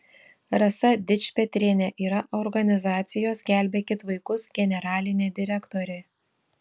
rasa dičpetrienė yra organizacijos gelbėkit vaikus generalinė direktorė